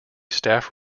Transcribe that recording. staff